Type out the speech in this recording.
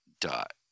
dot